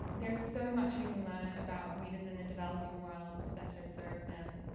there is so much we can learn about readers in the developing world to better serve them.